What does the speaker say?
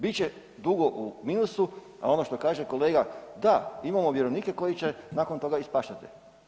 Bit će dugo u minusu a ono što kaže kolega, da, imamo vjerovnike koji će nakon toga ispaštati.